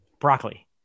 Broccoli